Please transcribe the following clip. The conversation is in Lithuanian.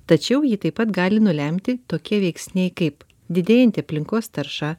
tačiau jį taip pat gali nulemti tokie veiksniai kaip didėjanti aplinkos tarša